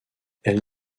elle